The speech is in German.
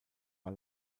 war